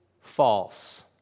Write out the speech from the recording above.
false